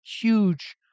huge